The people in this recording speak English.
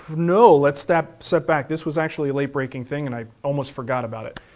no, let's step step back. this was actually a late breaking thing and i almost forgot about it.